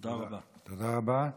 תודה רבה.